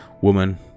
woman